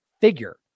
figure